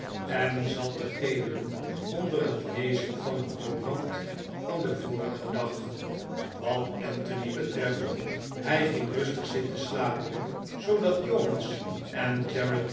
en zat te geeuwen onder het lezen van een courant van den vorigen dag wat anthony betreft hij ging rustig zitten slapen zoodat jonas en